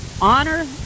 honor